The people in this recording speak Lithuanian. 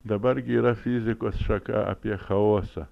dabar gi yra fizikos šaka apie chaosą